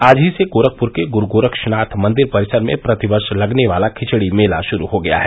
आज ही से गोरखपुर के गुरू गोरक्षनाथ मंदिर परिसर में प्रतिवर्ष लगने वाला खिचड़ी मेला शुरू हो गया है